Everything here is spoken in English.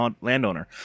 landowner